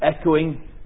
echoing